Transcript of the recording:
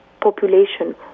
population